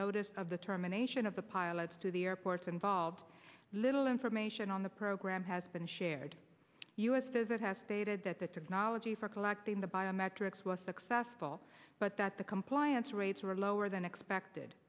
notice of the termination of the pilots to the airports involved little information on the program has been shared u s visit has stated that the technology for collecting the biometrics was successful but that the compliance rates were lower than expected